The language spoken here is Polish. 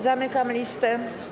Zamykam listę.